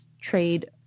trade